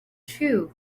too